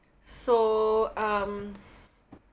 so um